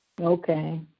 Okay